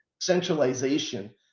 centralization